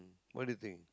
what do you think